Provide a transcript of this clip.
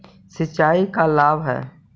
सिंचाई का लाभ है?